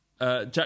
Jack